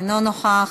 אינו נוכח,